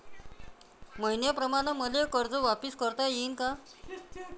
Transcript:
मईन्याप्रमाणं मले कर्ज वापिस करता येईन का?